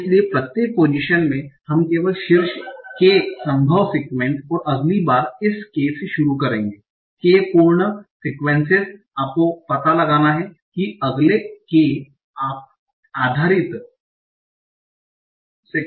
इसलिए प्रत्येक पोजीशन में हम केवल शीर्ष k संभव सीक्वेंस और अगली बार इस k से शुरू करेंगे k पूर्ण सीक्वेंसेस आपको पता लगाना है कि अगले k आधारित सीक्वेंस क्या हैं